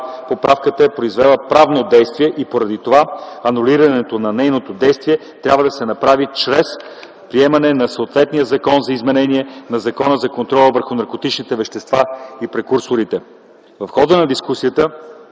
поправката е произвела правно действие и поради това анулирането на нейното действие трябва да се направи чрез приемане на съответния Закон за изменение на Закона за контрол върху наркотичните вещества и прекурсорите. В хода на дискусията